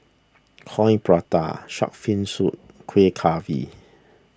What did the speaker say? Coin Prata Shark's Fin Soup Kueh Kaswi